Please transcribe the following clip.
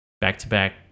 back-to-back